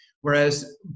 Whereas